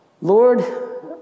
Lord